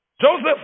Joseph